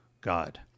God